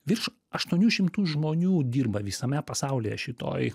virš aštuonių šimtų žmonių dirba visame pasaulyje šitoj